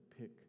pick